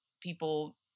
people